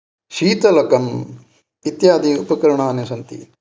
शीतलकम् इत्यादि उपकरणानि सन्ति